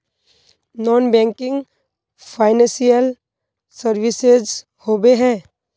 Non banking financial services होबे है?